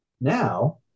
Now